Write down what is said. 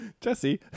Jesse